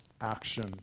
action